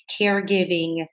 caregiving